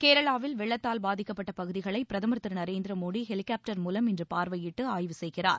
கேரளாவில் வெள்ளத்தால் பாதிக்கப்பட்ட பகுதிகளை பிரதமர் திரு நரேந்திரமோடி ஹெலினப்டர் மூலம் இன்று பார்வையிட்டு ஆய்வு செய்கிறார்